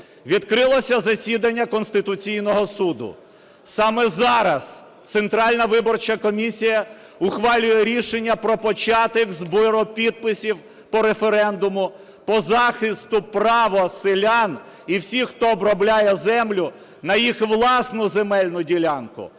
відкрилося засідання Конституційного Суду. Саме зараз Центральна виборча комісія ухвалює рішення про початок збору підписів по референдуму по захисту права селян і всіх, хто обробляє землю, на їх власну земельну ділянку.